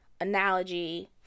analogy